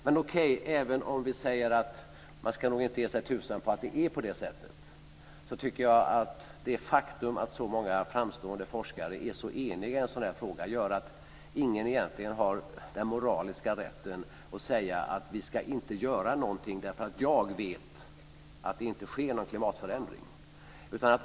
Men även om vi säger att man nog inte ska ge sig tusan på att det är så här tycker jag att det faktum att så många framstående forskare är så eniga i en sådan här fråga gör att ingen egentligen har den moraliska rätten att säga: Vi ska inte göra någonting, för jag vet att det inte sker någon klimatförändring.